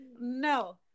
no